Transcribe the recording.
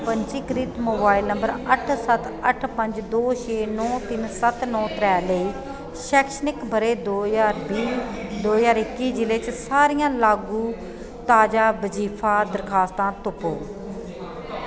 पंजीकृत mobile number अट्ठ सत्त अट्ठ पंज दो छे नौ तिन सत्त नौ त्रै लेई शैक्षणिक ब'रे दो ज्हार बीह् दो ज्हार इक्की जि'ले च सारियां लागू ताज़ा बजीफा दरखास्तां तुप्पो